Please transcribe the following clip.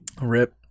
Rip